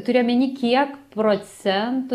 turi omeny kiek procentų